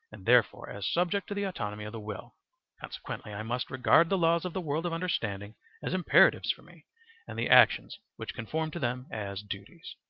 and therefore as subject to the autonomy of the will consequently i must regard the laws of the world of understanding as imperatives for me and the actions which conform to them as duties.